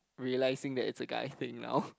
realising that's a guy thing now